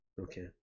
Okay